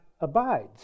abides